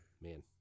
Man